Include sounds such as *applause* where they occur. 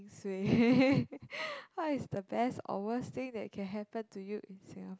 suay *laughs* what is the best or worst thing that can happen to you in Singa~